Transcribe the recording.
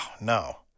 no